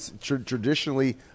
traditionally